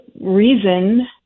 reason